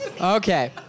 Okay